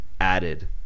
added